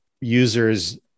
users